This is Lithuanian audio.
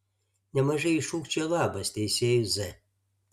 nemažai jų šūkčiojo labas teisėjui z